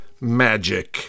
Magic